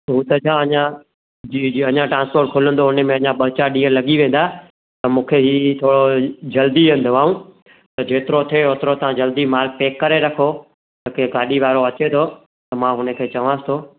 हू त छा अञा जी जी अञा ट्रांस्फ़र खुलंदो उनमें ॿ चार ॾींहं लॻी वेंदा त मूंखे हीउ थोरो जल्दी आहिनि दवाऊं जेतिरो थिए ओतिरो तव्हां जल्दी मालु पैक करे रखो केरु गाॾी वारो अचे थो त मां हुनखे चवांसि थो